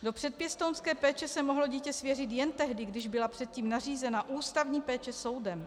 Do předpěstounské péče se mohlo dítě svěřit jen tehdy, když byla předtím nařízena ústavní péče soudem.